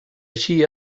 així